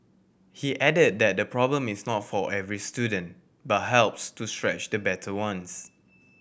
he added that the problem is not for every student but helps to stretch the better ones